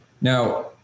Now